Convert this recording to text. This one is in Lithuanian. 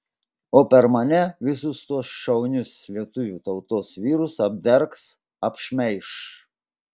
o per mane visus tuos šaunius lietuvių tautos vyrus apdergs apšmeiš